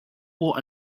for